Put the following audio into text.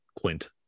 Quint